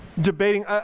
debating